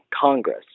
Congress